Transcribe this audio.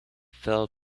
fell